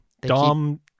Dom